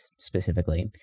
specifically